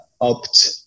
opt